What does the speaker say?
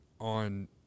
on